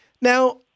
Now